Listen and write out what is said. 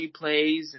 replays